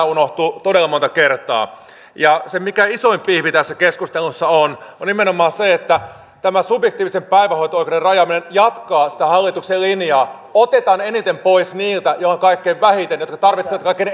unohtuu todella monta kertaa ja isoin pihvi tässä keskustelussa on nimenomaan se että tämän subjektiivisen päivähoito oikeuden rajaaminen jatkaa sitä hallituksen linjaa että otetaan eniten pois niiltä joilla on kaikkein vähiten ja jotka tarvitsevat kaikkein